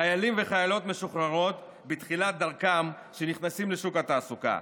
חיילים וחיילות משוחררים בתחילת דרכם שנכנסים לשוק התעסוקה.